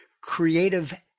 creative